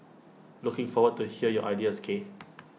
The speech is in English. looking forward to hear your ideas K